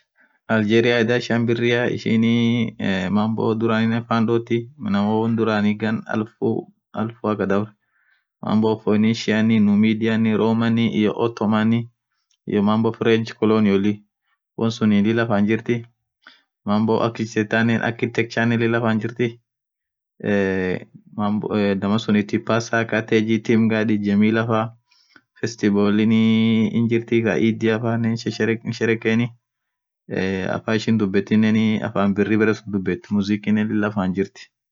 Algeria adhaa ishian birria ishin mambo dhuraninen fandhoti inamaa won dhurani ghan elfuu kaa dabree mambo foenishiani median romani iyo otomani iyo mambo french ukolonion wonsunn lila fan jirti mambo acsisternen acpetiturenen lila fan jirthi ee inamaa suun deparsaaa acteje team guard jimila faa festivalinniii hinjirthii Kaa idiafaa hinsherekeni ee afan ishin dhubethinen afan birri berre sunn dhubethi mzikinen lila faan jirthi